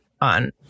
on